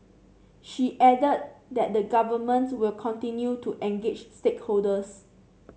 she added that the Government will continue to engage stakeholders